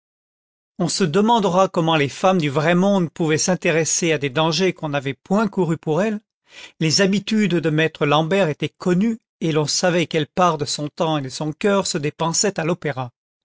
on se demandera comment les femmes du vrai monde pouvaient s'intéresser à des dangers qu'on n'avait point courus pour elles les habitudes de maître l'ambert étaient connues et l'on savait quelle part de son temps et de son cœur se dépensait à l'opéra